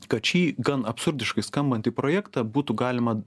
kad šį gan absurdiškai skambantį projektą būtų galima